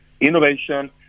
innovation